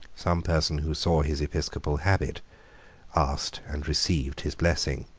some person who saw his episcopal habit asked and received his blessing.